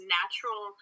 natural